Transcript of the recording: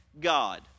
God